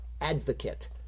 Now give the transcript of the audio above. advocate